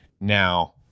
Now